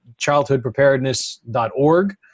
childhoodpreparedness.org